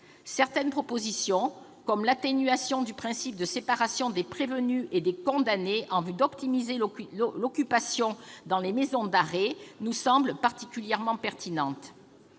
Certaines propositions, comme l'atténuation du principe de séparation des prévenus et des condamnés en vue d'optimiser l'occupation dans les maisons d'arrêt, nous semblent particulièrement pertinentes.